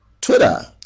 Twitter